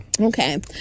Okay